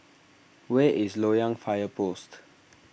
where is Loyang Fire Post